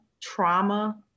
trauma